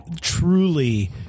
Truly